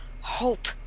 hope